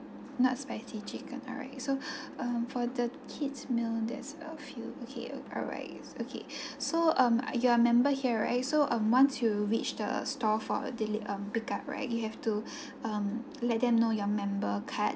not spicy chicken alright so um for the kids meal there's a few okay alright okay so um you are member here right so um once you reach the store for a deli~ um pick up right you have to um let them know your member card